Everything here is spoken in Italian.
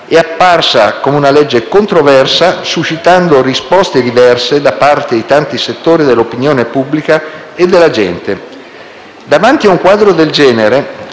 È apparsa come una legge controversa suscitando risposte diverse da parte di tanti settori dell'opinione pubblica e della gente. Davanti a un quadro del genere